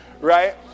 right